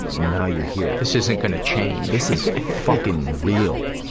and now you're here. this isn't gonna change. this is fucking real.